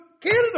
Canada